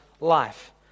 life